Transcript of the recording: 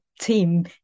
Team